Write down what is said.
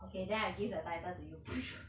okay then I give the title to you